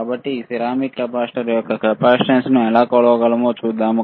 కాబట్టి ఈ ceramic capacitor యొక్క కెపాసిటెన్స్ను ఎలా కొలవగలమో చూద్దాం